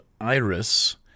Iris